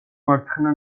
მარცხენა